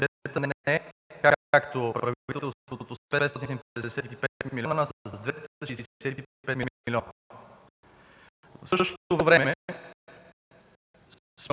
както правителството – с 555 милиона, а с 265 милиона. В същото време